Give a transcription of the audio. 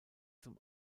zum